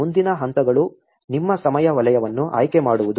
ಮುಂದಿನ ಹಂತಗಳು ನಿಮ್ಮ ಸಮಯ ವಲಯವನ್ನು ಆಯ್ಕೆಮಾಡುವುದು